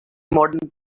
modern